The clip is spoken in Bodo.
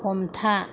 हमथा